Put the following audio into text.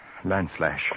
Landslash